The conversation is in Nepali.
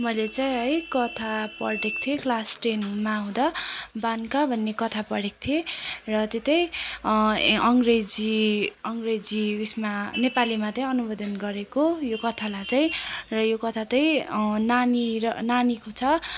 मैले चाहिँ है कथा पढेको थिएँ क्लास टेनमा हुँदा बानका भन्ने कथा पढेको थिएँ र त्यो चाहिँ ए अङ्ग्रेजी अङ्ग्रेजी उयसमा नेपालीमा चाहिँ अनुवाद गरेको यो कथालाई चाहिँ र यो कथा चाहिँ नानी र नानीको छ